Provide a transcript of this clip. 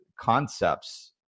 concepts